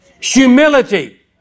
Humility